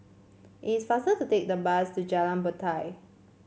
it's faster to take the bus to Jalan Batai